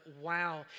wow